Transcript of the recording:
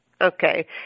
Okay